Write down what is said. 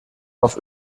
auf